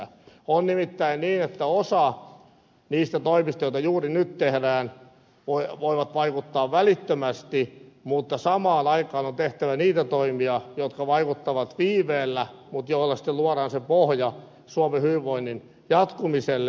on nimittäin niin että osa niistä toimista joita juuri nyt tehdään voi vaikuttaa välittömästi mutta samaan aikaan on tehtävä niitä toimia jotka vaikuttavat viiveellä mutta joilla luodaan sitten se pohja suomen hyvinvoinnin jatkumiselle